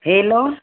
hello